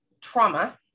trauma